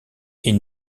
est